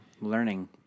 Learning